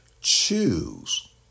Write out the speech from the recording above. choose